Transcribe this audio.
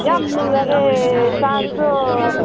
ꯌꯥꯝ ꯅꯨꯡꯉꯥꯏꯔꯦ ꯆꯥꯔꯕ꯭ꯔꯣ